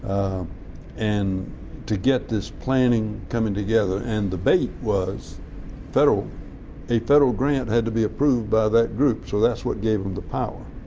and to get this planning coming together, and the bait was federal a federal grant that had to be approved by that group. so that's what gave them the power.